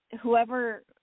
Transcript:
whoever